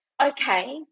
okay